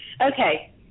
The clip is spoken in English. Okay